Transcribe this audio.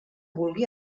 vulgui